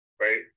right